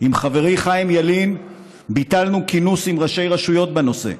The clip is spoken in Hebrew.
עם חברי חיים ילין ביטלנו כינוס עם ראשי רשויות בנושא,